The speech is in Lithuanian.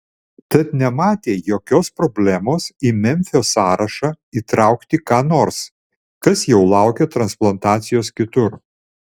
tad nematė jokios problemos į memfio sąrašą įtraukti ką nors kas jau laukė transplantacijos kitur